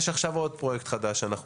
סולרסקי הוא